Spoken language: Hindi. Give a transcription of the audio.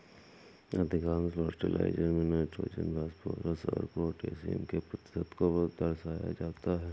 अधिकांश फर्टिलाइजर में नाइट्रोजन, फॉस्फोरस और पौटेशियम के प्रतिशत को दर्शाया जाता है